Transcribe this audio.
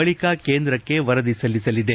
ಬಳಿಕ ಕೇಂದ್ರಕ್ಕೆ ವರದಿ ಸಲ್ಲಿಸಲಿದೆ